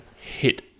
hit